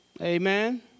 Amen